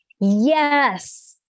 Yes